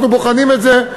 אנחנו בוחנים את זה,